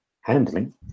handling